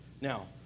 Now